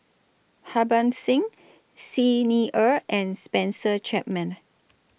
Harbans Singh Xi Ni Er and Spencer Chapman